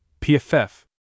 PFF